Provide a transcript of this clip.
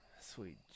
Sweet